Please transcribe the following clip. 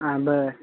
हां बरं